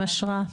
אתם השראה.